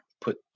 put